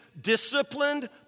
disciplined